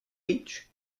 each